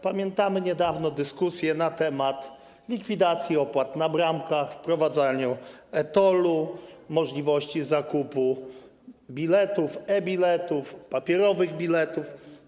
Pamiętamy niedawną dyskusję na temat likwidacji opłat na bramkach, wprowadzania e-TOLL, możliwości zakupu biletów, e-biletów, papierowych biletów.